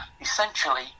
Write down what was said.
Essentially